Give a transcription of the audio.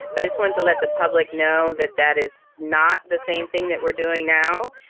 but i just wanted to let the public know that that is not the same thing that we're doing now,